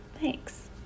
Thanks